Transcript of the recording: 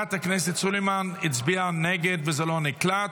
חברת הכנסת סלימאן הצביעה נגד וזה לא נקלט.